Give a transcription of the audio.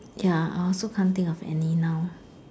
ya I also can't think of any now